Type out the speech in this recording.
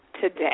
today